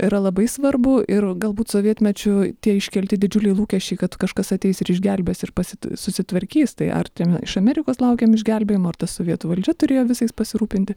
yra labai svarbu ir galbūt sovietmečiu tie iškelti didžiuliai lūkesčiai kad kažkas ateis ir išgelbės ir pasi susitvarkys tai ar tai iš amerikos laukėm išgelbėjimo ar ta sovietų valdžia turėjo visais pasirūpinti